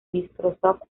microsoft